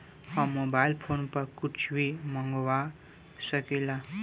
हम mobile phone पर कुछ भी मंगवा सकिला?